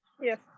Yes